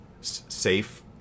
safe